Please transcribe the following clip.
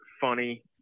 funny